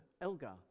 Elgar